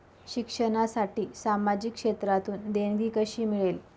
शिक्षणासाठी सामाजिक क्षेत्रातून देणगी कशी मिळेल?